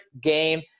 game